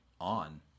on